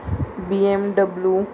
BMW